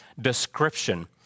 description